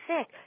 sick